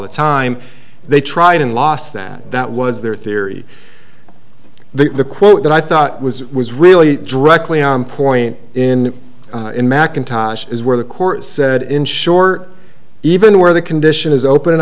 the time they tried and lost that that was their theory the quote that i thought was was really dreck point in in mackintosh is where the court said in short even where the condition is open an